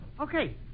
Okay